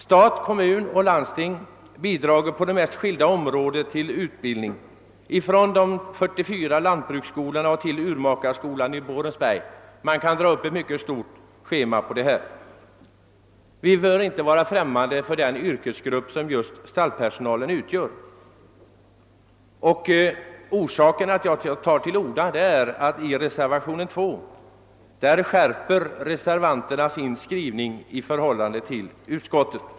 Stat, kommun och landsting bidrar på de mest skilda områden till utbildningen — allt ifrån de 44 lantbruksskolorna till urmakarskolan i Borensberg. Man kan lägga upp ett mycket stor schema härvidlag. Vi bör inte vara främmande för den yrkesgrupp som stallpersonalen utgör, och orsaken till att jag tar till orda är att reservanterna i reservationen 2 skärpt sin skrivning i förhållande till utskottet.